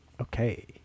Okay